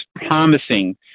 promising